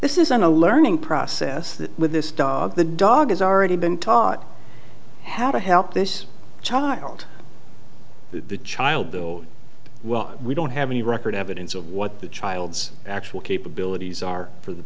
this isn't a learning process that with this dog the dog has already been taught how to help this child the child well we don't have any record evidence of what the child's actual capabilities are for the